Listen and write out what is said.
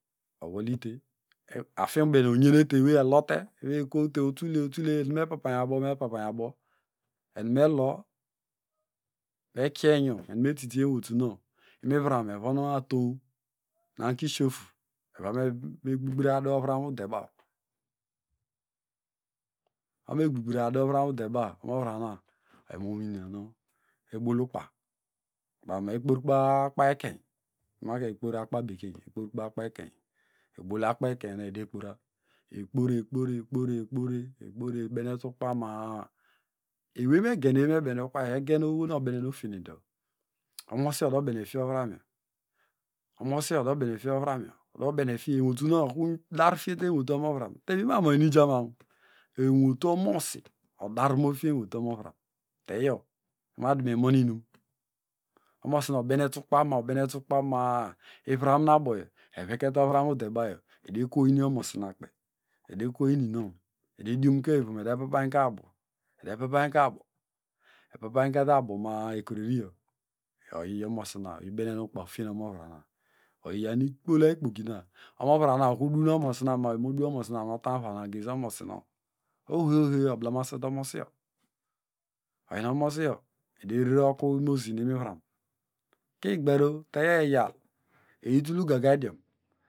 Ewolyike afiny ubene onyenete ewey elote ewey ekowte enume papanyabo mepapayabo enumelo ekyoy inyo enumetitienwotunow imivram evonatonwn nu angoshaf evome gburgburadu ovranudebaw okunu megburuadu ovrandebaw omavramana oyi ebolukpa bamu ekporkbaw ekpa ekeonyn emake kporkubaw akpa bekeiyn ekporkubaw akpa ekeinyn ebol akpor ekeniyn nuedekporar ekpore. ekpore ebenete ukpa ma- a eweynu meqenueweyin nu ukpayo egenoweynu obenen ofiekine dọ omisi odobenefie omovramyo omosi odobenefie omovrama enwotunown okru dar fiete enwotu omovram tevi mimamon inumnuijama. Enwotu omosi odar mofie enwotu omavram teyo inwadume imonuinum omosina obente ukpa ma, obenete ukpa ma- a ivran na boyo evekete ovram udebaw edekow ini omosinakpey edekow ininoun ede olinukony ivom edapapanhkeyabo edepapakeyoabo epapankeytoyiabo ma- a ekureriyo oyio mosina oyi benete ukpa ofivten ofien omovramna oyi yan ikpola ikpoki na omovrana okuru doo nu omosina ma oyo modu omosina mobanu uvayna gesi omosinow ohoyo ohoyo oblemasete omosiyo oyi nu omosiyo edere oku imomosi nu imivram kigbero teyiyo eyal eyitul ugaga idiom.